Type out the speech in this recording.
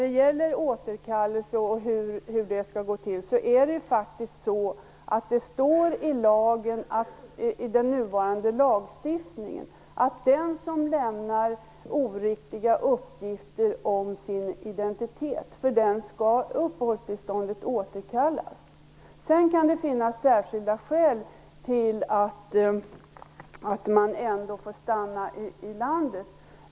Enligt nuvarande lagstiftning skall uppehållstillståndet återkallas för den som lämnar oriktiga uppgifter om sin identitet. Sedan kan det finnas särskilda skäl till att man ändå får stanna i landet.